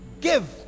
give